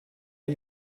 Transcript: are